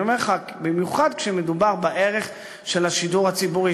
אני אומר לך: במיוחד כשמדובר בערך של השידור הציבורי.